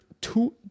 two